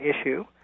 issue